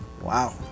Wow